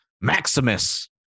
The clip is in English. Maximus